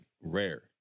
rare